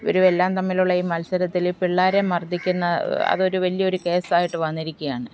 ഇവരും എല്ലാം തമ്മിലുള്ള ഈ മത്സരത്തിൽ പിള്ളേരെ മർദ്ദിക്കുന്ന അതൊരു വലിയ ഒരു കേസ് ആയിട്ട് വന്നിരിക്കുകയാണ്